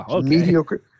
mediocre